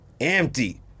Empty